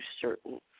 certain